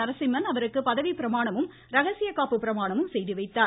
நரசிம்மன் அவருக்கு பதவி பிரமாணமும் இரகசிய காப்பு பிரமாணமும் செய்துவைத்தார்